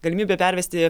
galimybė pervesti